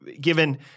given